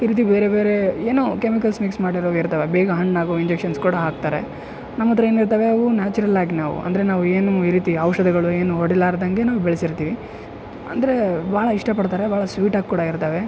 ಈ ರೀತಿ ಬೇರೆ ಬೇರೆ ಏನೋ ಕೆಮಿಕಲ್ಸ್ ಮಿಕ್ಸ್ ಮಾಡಿರೊವ ಇರ್ತಾವೆ ಬೇಗ ಹಣ್ಣಾಗೋ ಇಂಜೆಕ್ಷನ್ಸ್ ಕೂಡ ಹಾಕ್ತಾರೆ ನಮ್ಮ ಹತ್ರ ಏನಿರ್ತವೆ ಅವು ನ್ಯಾಚುರಲ್ಲಾಗಿ ನಾವು ಅಂದರೆ ನಾವು ಏನು ಈ ರೀತಿ ಔಷಧಗಳು ಏನು ಹೊಡಿಲಾರ್ದಂಗೆ ನಾವು ಬೆಳಿಸಿರ್ತೀವಿ ಅಂದರೆ ಭಾಳ ಇಷ್ಟಪಡ್ತಾರೆ ಭಾಳ ಸ್ವೀಟಾಗಿ ಕೂಡ ಇರ್ತವೆ